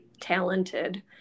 talented